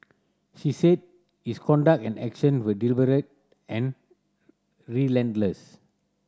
she said his conduct and action were deliberate and relentless